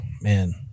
man